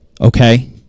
Okay